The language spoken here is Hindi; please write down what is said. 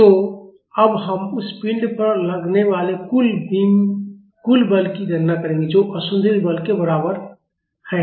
तो अब हम उस पिंड पर लगने वाले कुल बल की गणना करेंगे जो असंतुलित बल के बराबर है